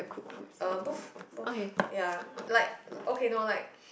uh both both ya like okay no like